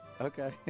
Okay